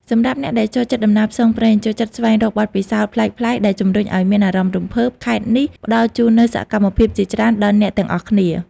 សម្រាប់អ្នកដែលចូលចិត្តដំណើរផ្សងព្រេង ចូលចិត្តស្វែងរកបទពិសោធន៍ប្លែកៗដែលជំរុញឱ្យមានអារម្មណ៍រំភើប ខេត្តនេះផ្ដល់ជូននូវសកម្មភាពជាច្រើនដល់អ្នកទាំងអស់គ្នា។